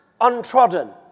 untrodden